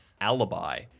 alibi